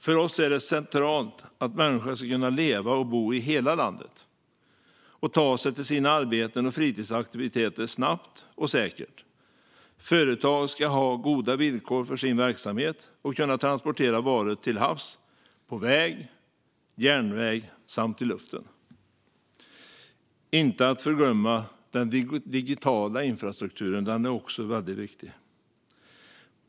För oss är det centralt att människor ska kunna leva och bo i hela landet och ta sig till sina arbeten och fritidsaktiviteter snabbt och säkert. Företag ska ha goda villkor för sin verksamhet och kunna transportera varor till havs, på väg och järnväg samt i luften. Den digitala infrastrukturen är inte att förglömma - den är också väldigt viktig.